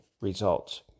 results